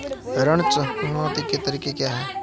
ऋण चुकौती के तरीके क्या हैं?